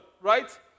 right